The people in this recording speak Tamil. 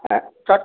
ஆ தக்